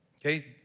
okay